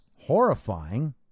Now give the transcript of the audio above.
horrifying